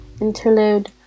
interlude